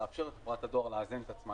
לאפשר לחברת הדואר לממן את עצמה.